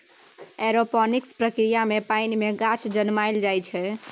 aeroponics प्रक्रिया मे पानि मे गाछ जनमाएल जाइ छै